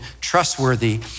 trustworthy